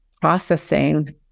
processing